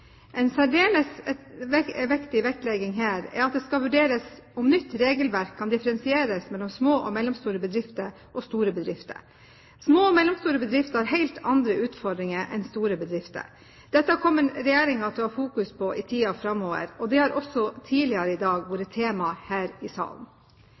En særdeles viktig vektlegging her er at det skal vurderes om nytt regelverk kan differensieres mellom små og mellomstore bedrifter og store bedrifter. Små og mellomstore bedrifter har helt andre utfordringer enn store bedrifter. Dette kommer regjeringen til å fokusere på i tiden framover, og det har også tidligere i dag